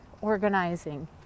organizing